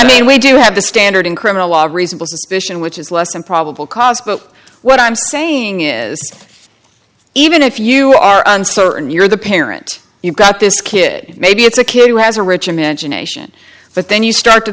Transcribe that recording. mean we do have the standard in criminal law a reasonable suspicion which is less than probable cause spoke what i'm saying is even if you are uncertain you're the parent you've got this kid maybe it's a kid who has a rich imagination but then you start to